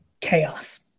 chaos